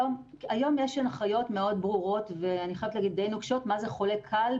היום יש הנחיות מאוד ברור ודיי נוקשות מה זה חולה קל,